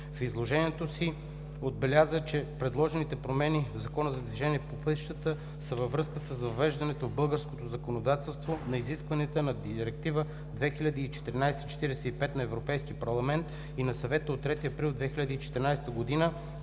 В изложението си отбеляза, че предложените промени в Закона за движение по пътищата са във връзка с въвеждането в българското законодателство на изискванията на Директива 2014/45/ЕС и на Съвета от 3 април 2014 г.